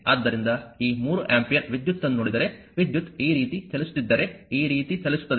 ಆದ್ದರಿಂದ ಈ 3 ಆಂಪಿಯರ್ ವಿದ್ಯುತ್ ಅನ್ನು ನೋಡಿದರೆ ವಿದ್ಯುತ್ ಈ ರೀತಿ ಚಲಿಸುತ್ತಿದ್ದರೆ ಈ ರೀತಿ ಚಲಿಸುತ್ತದೆ